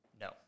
No